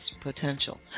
potential